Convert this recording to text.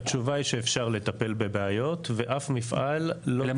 התשובה היא שאפשר לטפל בבעיות ואף מפעל לא צריך לגרום --- אז מה?